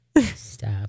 Stop